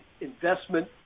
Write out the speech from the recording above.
investment